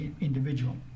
individual